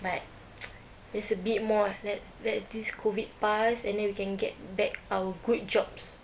but just a bit more let's let this COVID pass and then we can get back our good jobs